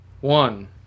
one